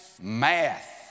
math